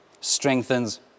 strengthens